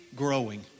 growing